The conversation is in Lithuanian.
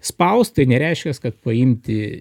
spaust tai nereiškias kad paimti